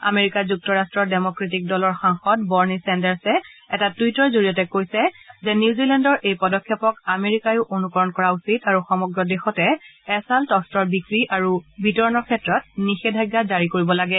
America যুক্তৰাষ্টৰ Democratic দলৰ সাংসদ বৰ্ণি চেণ্ডাৰ্ছে এটা টুইটৰ জৰিয়তে কৈছে যে নিউজিলেণ্ডৰ এই পদক্ষেপক আমেৰিকাইও অনুকৰণ কৰা উচিত আৰু সমগ্ৰ দেশতে এছাল্ট অস্ত্ৰৰ বিক্ৰী আৰু বিতৰণৰ ক্ষেত্ৰত নিষেধাজ্ঞা জাৰি কৰিব লাগে